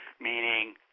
meaning